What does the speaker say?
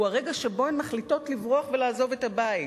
הרגע שבו הן מחליטות לברוח ולעזוב את הבית.